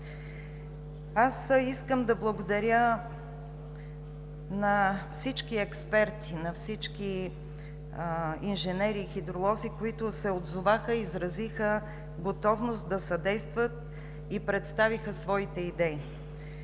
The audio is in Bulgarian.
Аз искам да благодаря на всички експерти, на всички инженери и хидролози, които се отзоваха, изразиха готовност да съдействат и представиха своите идеи.